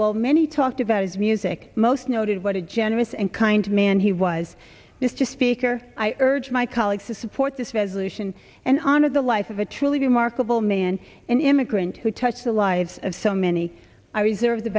while many talked about his music most noted what a generous and kind man he was mr speaker i urge my colleagues to support this resolution and honor the life of a truly remarkable man an immigrant who touched the lives of so many i reserve the